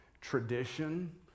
tradition